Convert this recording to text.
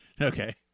Okay